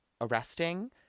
arresting